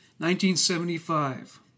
1975